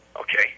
Okay